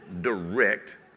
direct